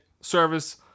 service